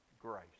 grace